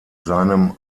seinem